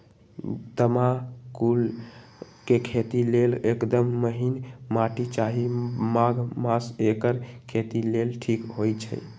तमाकुल के खेती लेल एकदम महिन माटी चाहि माघ मास एकर खेती लेल ठीक होई छइ